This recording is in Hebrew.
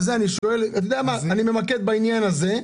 אני מתמקד בעניין הזה,